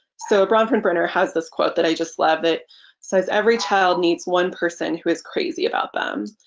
so bronfenbrennerr has this quote that i just love that says, every child needs one person who is crazy about them.